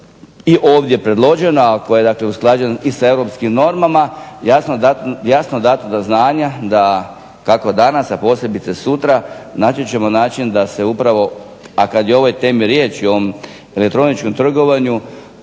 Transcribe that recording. i ovdje predložen, koji je usklađen sa europskim normana jasno dato do znanja kako danas a posebice sutra naći ćemo način da se upravo, kada je o ovoj temi riječ i ovom elektroničkom trgovanju